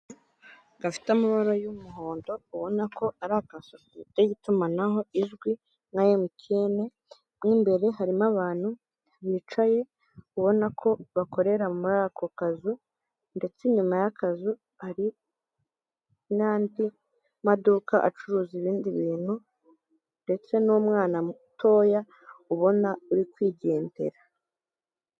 Gafite amabara y'umuhondo ubona ko ari amasosiyete y'itumanaho ijwi nka emutiyeni ry'imbere harimo abantu bicaye ubona ko bakorera muri ako kazu ndetse nyuma y'akazu hari n'andi maduka acuruza ibindi bintu ndetse n'umwana mutoya ubona urikwigendera.